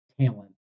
talent